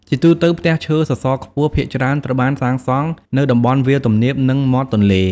ជាទូទៅ ផ្ទះឈើសសរខ្ពស់ភាគច្រើនត្រូវបានសាងសង់នៅតំបន់វាលទំនាប និងមាត់ទន្លេ ។